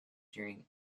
during